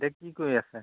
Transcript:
এতিয়া কি কৰি আছে